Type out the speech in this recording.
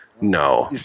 No